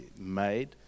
made